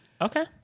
Okay